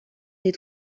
les